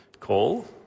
Call